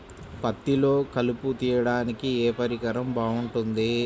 పత్తిలో కలుపు తీయడానికి ఏ పరికరం బాగుంటుంది?